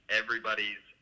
everybody's